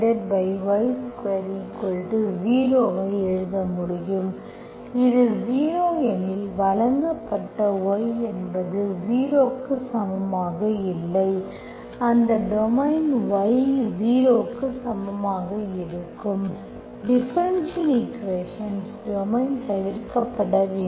y dx x dyy2 0 ஐ எழுத முடியும் இது 0 எனில் வழங்கப்பட்ட y என்பது 0 க்கு சமமாக இல்லை அந்த டொமைன் y 0 க்கு சமமாக இருக்கும் டிஃபரென்ஷியல் ஈக்குவேஷன்ஸ் டொமைன் தவிர்க்கப்பட வேண்டும்